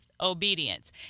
obedience